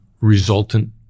resultant